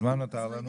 אז מה נותר לנו?